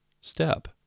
step